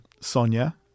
Sonia